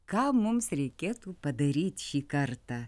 ką mums reikėtų padaryt šį kartą